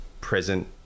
present